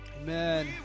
Amen